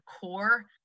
core